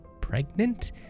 pregnant